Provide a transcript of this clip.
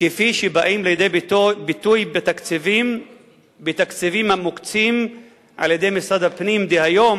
כפי שבאים לידי ביטוי בתקציבים המוקצים על-ידי משרד הפנים דהיום